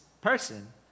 person